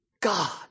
God